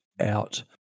out